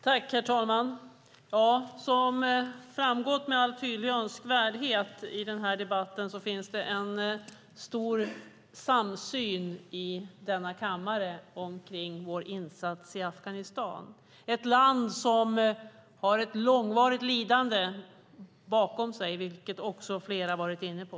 Herr talman! Som framgått med all önskvärd tydlighet i den här debatten finns det en stor samsyn i denna kammare omkring vår insats i Afghanistan. Det är ett land som har ett långvarigt lidande bakom sig, vilket också flera har varit inne på.